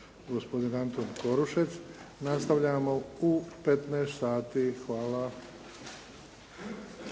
gospodin Antun Korušec. Nastavljamo u 15 sati. Hvala.